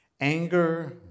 anger